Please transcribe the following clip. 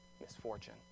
misfortune